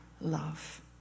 love